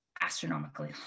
astronomically